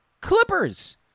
Clippers